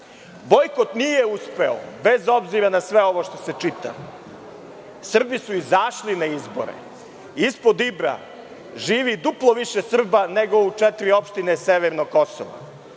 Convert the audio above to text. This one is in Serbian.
izbore. Bojkot nije uspeo, bez obzira na sve ovo što se čita. Srbi su izašli na izbore. Ispod Ibra živi duplo više Srba nego u četiri opštine severnog Kosova.